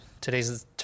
today's